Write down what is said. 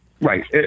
Right